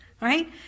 Right